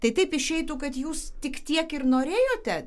tai taip išeitų kad jūs tik tiek ir norėjote